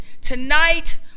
tonight